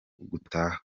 gutaha